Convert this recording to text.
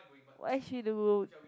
what is she do